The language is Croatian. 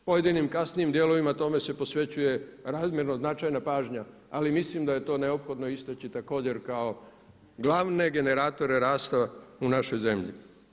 Pojedinim kasnijim dijelovima tome se posvećuje razmjerno značajna pažnja, ali mislim da je to neophodno istaknuti također kao glavne generatore rasta u našoj zemlji.